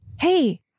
Hey